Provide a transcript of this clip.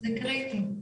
זה קריטי.